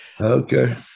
okay